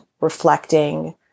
reflecting